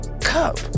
cup